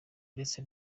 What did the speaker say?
ndetse